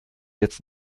jetzt